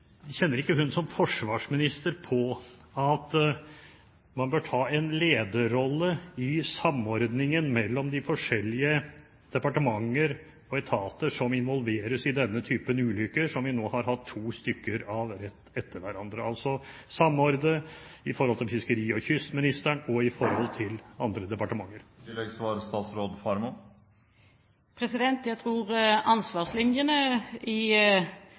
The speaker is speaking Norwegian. Kjenner ikke hun som forsvarsminister på at hun bør ta en lederrolle i samordningen mellom de forskjellige departementer og etater som involveres i denne type ulykker, som vi nå har hatt to stykker av rett etter hverandre, altså samordne i forhold til fiskeri- og kystministeren og i forhold til andre departementer? Jeg tror ansvarslinjene i